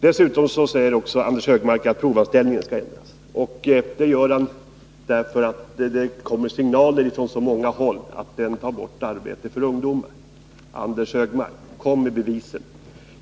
Dessutom säger Anders Högmark att reglerna för provanställning skall ändras, och det gör han därför att det kommer signaler från många håll om att gällande bestämmelser tar bort arbetstillfällen för ungdomar. Anders Högmark: Kom med bevisen!